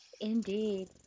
Indeed